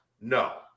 No